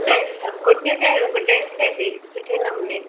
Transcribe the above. dress कुर्तीअ ते आहे उहो त ड्रेस ते बि सुठे नमुने